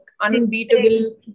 unbeatable